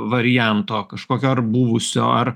varianto kažkokio ar buvusio ar